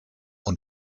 und